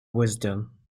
wisdom